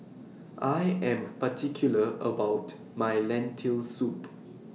I Am particular about My Lentil Soup